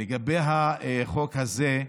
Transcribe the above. לגבי החוק הזה,